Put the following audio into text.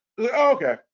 Okay